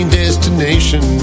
destination